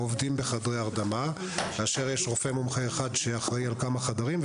עובדים בחדרי הרדמה כאשר יש רופא מומחה אחד שאחראי לכמה חדרים,